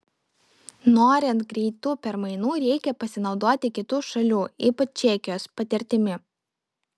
norint greitų permainų reikia pasinaudoti kitų šalių ypač čekijos patirtimi